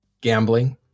gambling